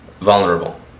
vulnerable